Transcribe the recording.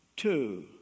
Two